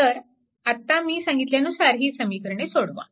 तर आता मी सांगितल्यानुसार ही समीकरणे सोडवा